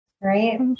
Right